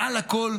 מעל הכול,